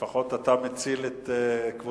לפחות אתה מציל את כבודם.